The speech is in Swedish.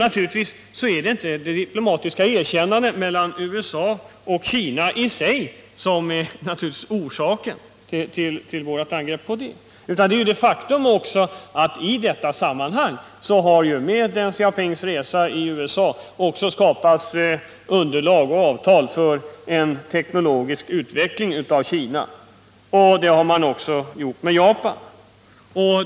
Naturligtvis är det inte de diplomatiska förbindelserna mellan USA och Kina i sig som är orsaken till vår kritik. Men med Deng Xiaopings resa i USA har det skapats avtal för en teknologisk utveckling i Kina. Sådan hjälp har Kina fått också från Japan.